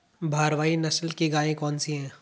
भारवाही नस्ल की गायें कौन सी हैं?